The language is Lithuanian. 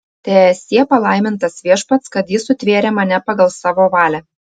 teesie palaimintas viešpats kad jis sutvėrė mane pagal savo valią